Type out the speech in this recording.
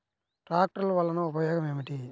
ట్రాక్టర్లు వల్లన ఉపయోగం ఏమిటీ?